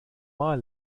mal